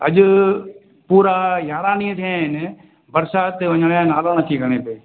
अॼु पूरा यारहं ॾींहं थिया आहिनि बरिसात वञण जो नालो नथी खणे पई